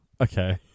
Okay